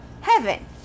Heaven